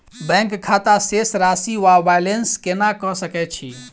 Bank खाता शेष राशि वा बैलेंस केना कऽ सकय छी?